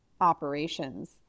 operations